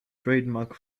trademark